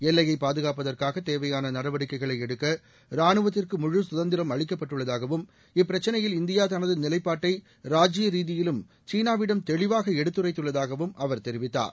எல்லையை பாதுகாப்பதற்காக தேவையான நடவடிக்கைகளை எடுக்க ராணுவத்திற்கு முழுசுதந்திரம் அளிக்கப்பட்டுள்ளதாகவும் இப்பிரச்சினையில் இந்தியா தனது நிலைப்பாட்டை ராஜிய ரீதியிலும் சீனாவிடம் தெளிவாக எடுத்துரைத்துள்ளதாகவும் அவர் தெரிவித்தார்